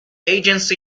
agency